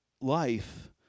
life